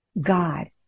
God